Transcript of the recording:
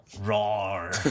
Roar